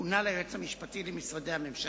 כהונה ליועץ המשפטי למשרדי הממשלה.